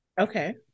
Okay